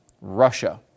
Russia